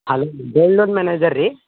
hello gold loan manager ರೀ